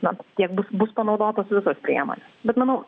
na tiek bus bus panaudotos visos priemonės bet manau